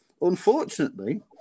Unfortunately